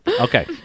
okay